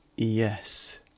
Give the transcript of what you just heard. Yes